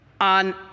on